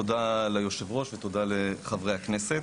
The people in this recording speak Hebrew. תודה ליושב-הראש ותודה לחברי הכנסת.